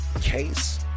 case